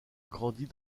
grandit